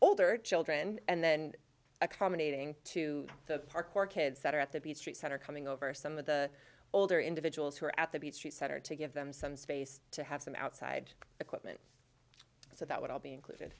older children and then accommodating to the park or kids that are at the beach street center coming over some of the older individuals who are at the beach center to give them some space to have some outside equipment so that would all be included